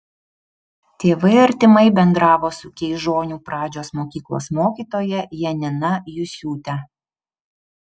tėvai artimai bendravo su keižonių pradžios mokyklos mokytoja janina jusiūte